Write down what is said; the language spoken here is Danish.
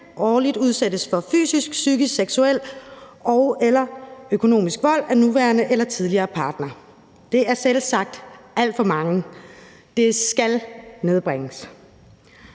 årligt udsættes for fysisk, psykisk, seksuel og/eller økonomisk vold af nuværende eller tidligere partnere. Det er selvsagt alt for mange. Det skal nedbringes.